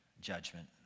judgment